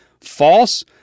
False